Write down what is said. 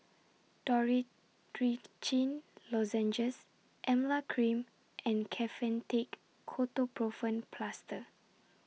Dorithricin Lozenges Emla Cream and Kefentech Ketoprofen Plaster